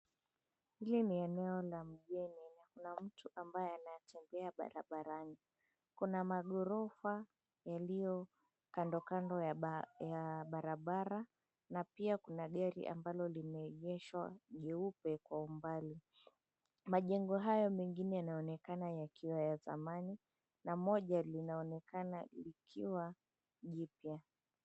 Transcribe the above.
Hili ni eneo la mjini na kuna mtu ambaye anayetembea barabarani. Kuna magorofa yalio kandokando ya barabara na pia kuna gari ambalo limeegeshwa jeupe kwa umbali. Majengo hayo mengine yanaonekana yakiwa ya zamani na moja linaonekana likiwa jipya.